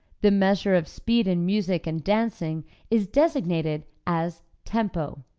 the measure of speed in music and dancing is designated as tempo.